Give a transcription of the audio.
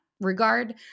regard